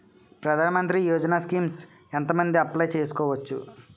ప్రధాన మంత్రి యోజన స్కీమ్స్ ఎంత మంది అప్లయ్ చేసుకోవచ్చు?